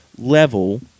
level